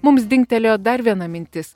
mums dingtelėjo dar viena mintis